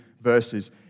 verses